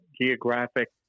geographic